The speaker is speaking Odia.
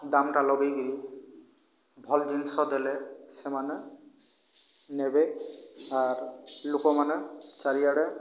ଦାମ୍ଟା ଲଗାଇକରି ଭଲ ଜିନିଷ ଦେଲେ ସେମାନେ ନେବେ ଆର୍ ଲୋକମାନେ ଚାରିଆଡ଼େ